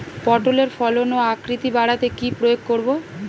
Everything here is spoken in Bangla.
পটলের ফলন ও আকৃতি বাড়াতে কি প্রয়োগ করব?